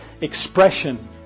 expression